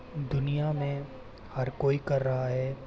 दुनिया में हर कोई कर रहा है